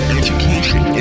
education